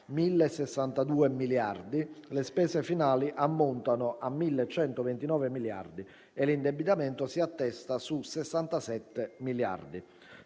1.062 miliardi, le spese finali ammontano a 1.129 miliardi e l’indebitamento si attesta su 67 miliardi.